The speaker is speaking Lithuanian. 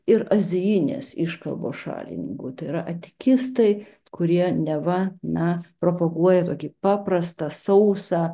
ir azijinės iškalbos šalininkų tai yra atikistai kurie neva na propaguoja tokį paprastą sausą